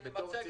מצגת.